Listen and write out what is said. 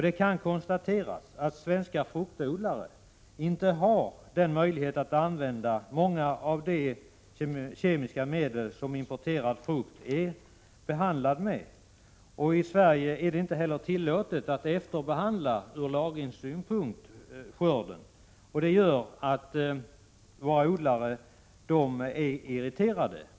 Det kan här konstateras att svenska fruktodlare inte har möjlighet att använda många av de kemiska medel som importerad frukt är behandlad med. I Sverige är det ur lagringssynpunkt inte heller tillåtet att efterbehandla skörden. Därför är våra odlare irriterade.